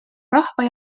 rahva